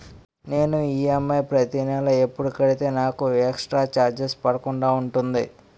నేను ఈ.ఎం.ఐ ప్రతి నెల ఎపుడు కడితే నాకు ఎక్స్ స్త్ర చార్జెస్ పడకుండా ఉంటుంది?